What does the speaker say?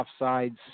offsides